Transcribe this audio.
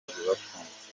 bafunze